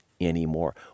anymore